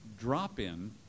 drop-in